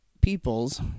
people's